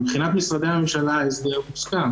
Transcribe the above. מבחינת משרדי הממשלה, ההסדר הוסכם.